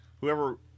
whoever